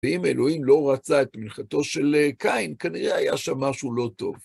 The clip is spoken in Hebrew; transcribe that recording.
ואם אלוהים לא רצה את מנחתו של קין, כנראה היה שם משהו לא טוב.